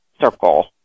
circle